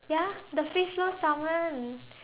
ya the free flow Salmon